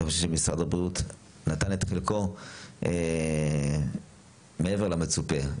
אני חושב שמשרד הבריאות נתן את חלקו מעבר למצופה,